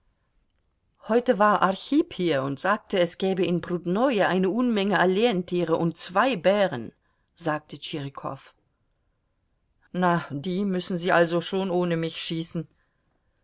heute war archip hier und sagte es gäbe in prudnoje eine unmenge elentiere und zwei bären sagte tschirikow na die müssen sie also schon ohne mich schießen